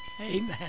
Amen